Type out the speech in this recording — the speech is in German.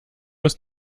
ist